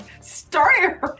start